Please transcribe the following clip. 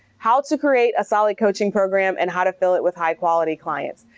how to create a solid coaching program and how to fill it with high quality clients.